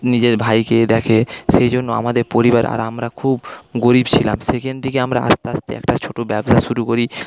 নিজের ভাইকে দেখে সেই জন্য আমাদের পরিবার আর আমরা খুব গরিব ছিলাম সেখান থেকে আমরা আস্তে আস্তে একটা ছোটো ব্যবসা শুরু করি